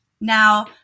Now